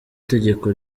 tegeko